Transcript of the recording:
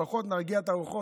לפחות נרגיע את הרוחות,